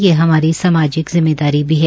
यह हमारी सामाजिक जिम्मेदारी भी है